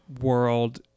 world